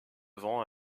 vent